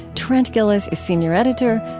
trent gilliss is senior editor.